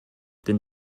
denn